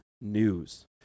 news